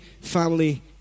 family